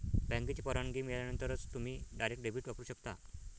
बँकेची परवानगी मिळाल्यानंतरच तुम्ही डायरेक्ट डेबिट वापरू शकता